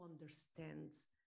understands